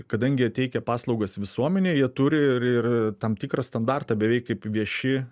kadangi jie teikia paslaugas visuomenei jie turi ir ir tam tikrą standartą beveik kaip vieši